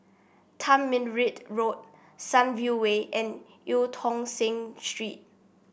Tamarind Road Sunview Way and Eu Tong Sen Street